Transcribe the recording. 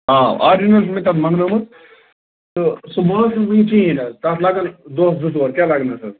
آ آرجِنل چھِ مےٚ تتھ منگنٲومٕژ تہٕ سُہ وٲژ نہٕ وُنہِ کہیٖنٛۍ حظ تتھ لگن دوہ زِٕ دوہ کیٚاہ لگنس حظ